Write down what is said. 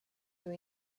who